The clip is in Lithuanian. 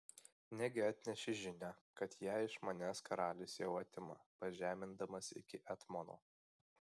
negi atnešei žinią kad ją iš manęs karalius jau atima pažemindamas iki etmono